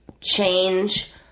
change